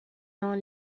alors